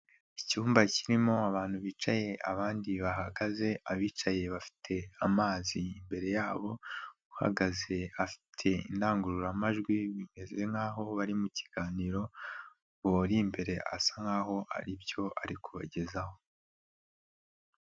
Icyumba kirimo abantu bicaye, abandi bahagaze, abicaye bafite amazi imbere yabo, uhagaze afite indangururamajwi, bimeze nkaho bari mu kiganiro, uwo uri imbere asa nkaho haribyo ari kubagezaho.